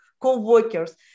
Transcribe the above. co-workers